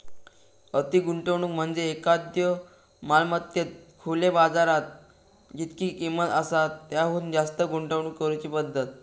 अति गुंतवणूक म्हणजे एखाद्यो मालमत्तेत खुल्यो बाजारात जितकी किंमत आसा त्याहुन जास्त गुंतवणूक करुची पद्धत